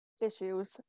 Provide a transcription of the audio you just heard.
issues